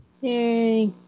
Yay